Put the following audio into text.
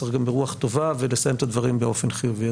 צריך גם ברוח טובה ולסיים את הדברים באופן חיובי,